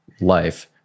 life